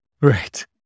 Right